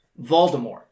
Voldemort